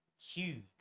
huge